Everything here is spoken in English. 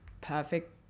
perfect